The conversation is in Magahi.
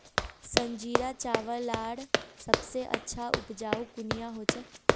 संजीरा चावल लार सबसे अच्छा उपजाऊ कुनियाँ होचए?